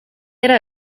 era